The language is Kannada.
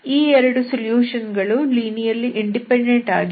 ಈ 2 ಸೊಲ್ಯೂಷನ್ ಗಳು ಲೀನಿಯರ್ಲಿ ಇಂಡಿಪೆಂಡೆಂಟ್ ಆಗಿವೆ